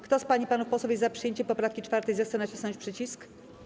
Kto z pań i panów posłów jest za przyjęciem poprawki 4., zechce nacisnąć przycisk.